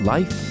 Life